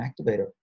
activator